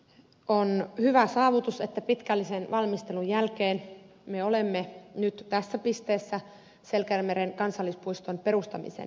on hyvä saavutus että pitkällisen valmistelun jälkeen me olemme nyt tässä pisteessä selkämeren kansallispuiston perustamisen osalta